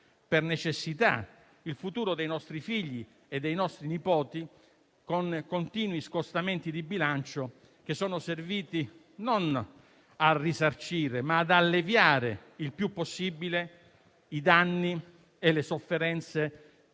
per necessità, il futuro dei nostri figli e dei nostri nipoti con continui scostamenti di bilancio che sono serviti non a risarcire, ma ad alleviare il più possibile i danni e le sofferenze